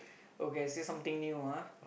okay I say something new ah